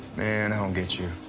and i don't get you.